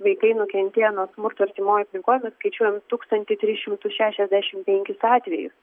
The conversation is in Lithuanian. vaikai nukentėję nuo smurto artimoj aplinkoj mes skaičiuojam tūkstantį tris šimtus šešiasdešim penkis atvejus